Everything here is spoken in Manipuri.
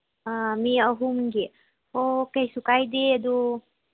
ꯃꯤ ꯑꯍꯨꯝꯒꯤ ꯑꯣ ꯀꯩꯁꯨ ꯀꯥꯏꯗꯦ ꯑꯗꯨ